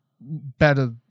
better